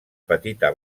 petita